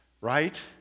right